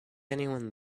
anyone